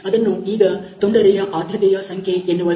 ಅದನ್ನು ಈಗ 'ತೊಂದರೆಯ ಆದ್ಯತೆಯ ಸಂಖ್ಯೆ' ಎನ್ನುವರು